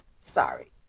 Sorry